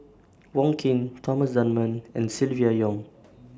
Wong Keen Thomas Dunman and Silvia Yong